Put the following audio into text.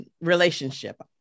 relationship